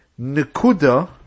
nekuda